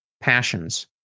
passions